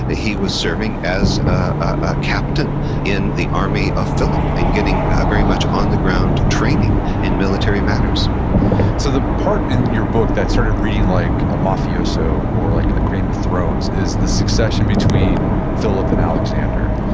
ah he was serving as a captain in the army of philip, and getting very much on-the-ground training in military matters so the part in your book that started reading like a mafioso or like a game of thrones is the succession between philip and alexander.